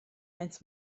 maent